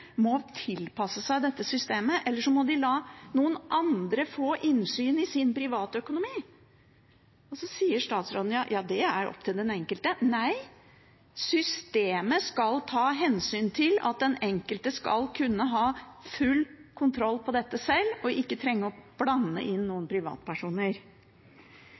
må tilpasse seg dette systemet, eller så må de la noen andre få innsyn i sin privatøkonomi. Så sier statsråden: Ja, det er opp til den enkelte. Nei, systemet skal ta hensyn til at den enkelte skal kunne ha full kontroll på dette selv og ikke trenge å blande inn noen privatpersoner.